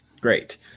Great